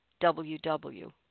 WW